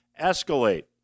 escalate